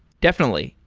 definitely.